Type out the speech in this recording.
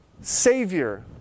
savior